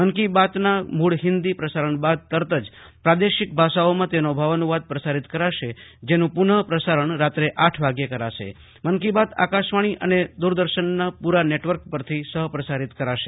મન કી બાતના મુળ હિન્દી પ્રસારણ બાદ તરત જ પ્રાદેશિક ભાષાઓમાં તેનો ભાવાનુંવાદ પ્રસારિત કરાશે જેનુ પુન પ્રસારણ રાત્રે આઠ વાગ્યે કરાશે મન કી બાત આકાશવાણી અને દુરદર્શનના પુરા નેટવર્ક પરથી સહ પ્રસારિત કરાશે